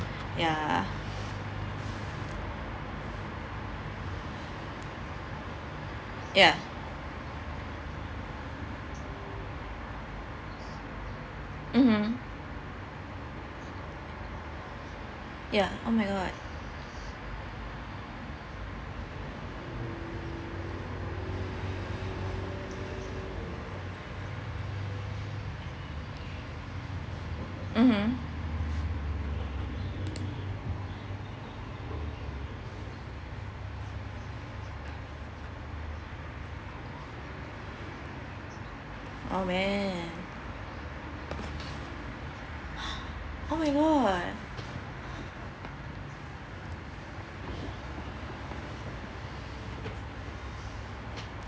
ya ya mmhmm ya oh my god mmhmm oh well oh my god